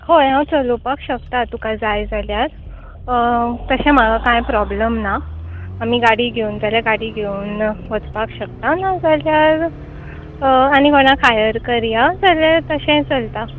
हय हांव चलोवपाक शकतां तुका जाय जाल्यार तशें म्हाका कांय प्रॉबल्म ना आमी गाडी घेवन जाल्यार गाडी घेवन वचपाक शकता नाजाल्यार आनी कोणाक हायर करया जाल्यार तशेंय चलता